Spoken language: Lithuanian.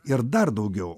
ir dar daugiau